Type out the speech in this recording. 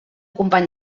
company